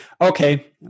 Okay